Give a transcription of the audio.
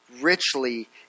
richly